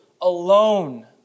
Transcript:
alone